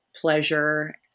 pleasure